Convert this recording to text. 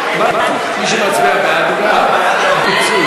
ועדת הכספים בדבר פיצול